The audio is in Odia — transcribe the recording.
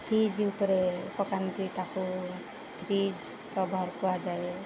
ଫ୍ରିଜ ଉପରେ ପକାନ୍ତି ତାକୁ ଫ୍ରିଜ କଭର୍ କୁହାଯାଏ